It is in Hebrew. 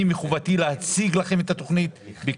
מחובתי להציג לכם את התכנית ואכן